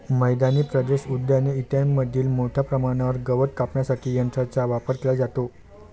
मैदानी प्रदेश, उद्याने इत्यादींमध्ये मोठ्या प्रमाणावर गवत कापण्यासाठी यंत्रांचा वापर केला जातो